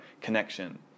connection